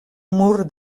mur